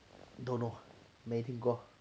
don't know 没有听过